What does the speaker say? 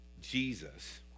Jesus